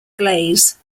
glaze